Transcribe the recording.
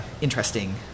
interesting